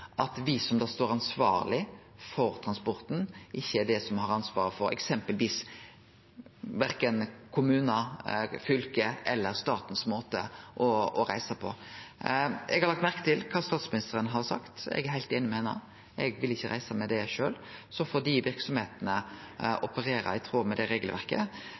at me som står ansvarlege for transporten, eksempelvis ikkje har ansvaret for verken kommunar, fylke eller staten sin måte å reise på. Eg har lagt merke til det statsministeren har sagt. Eg er heilt einig med henne. Eg vil ikkje reise med dei sjølv. Dei verksemdene får operere i tråd med det regelverket,